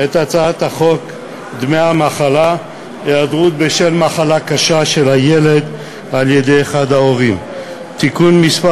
את הצעת חוק דמי מחלה (היעדרות בשל מחלת ילד) (תיקון מס'